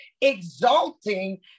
exalting